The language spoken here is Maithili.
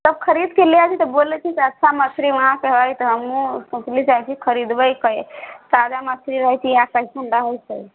तब खरीद के ले आबै छै तऽ बोलै छै तऽ अच्छा मछरी माछ हय तऽ हमहूँ सोचली जाय छी खरीदबै ताजा मछली रहै छै कइसन रहै छै